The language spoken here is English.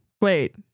Wait